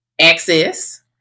access